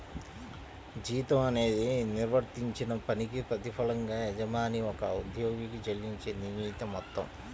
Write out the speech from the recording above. జీతం అనేది నిర్వర్తించిన పనికి ప్రతిఫలంగా యజమాని ఒక ఉద్యోగికి చెల్లించే నిర్ణీత మొత్తం